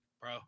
Bro